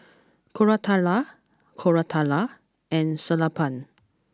Koratala Koratala and Sellapan